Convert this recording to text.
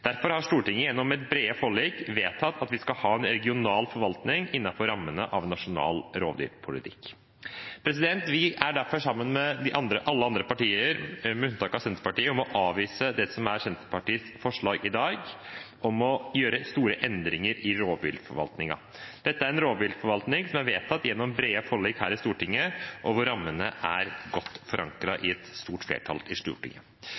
Derfor har Stortinget gjennom brede forlik vedtatt at vi skal ha en regional forvaltning innenfor rammene av en nasjonal rovviltpolitikk. Vi er derfor i dag, sammen med alle de andre partiene – med unntak av Senterpartiet – med på å avvise Senterpartiets forslag om å gjøre store endringer i rovviltforvaltningen. Dette er en rovviltforvaltning som er vedtatt gjennom brede forlik her i Stortinget, og hvor rammene er godt forankret i et stort flertall i Stortinget.